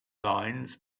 lines